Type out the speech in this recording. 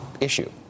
issue